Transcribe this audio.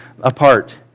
apart